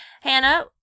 Hannah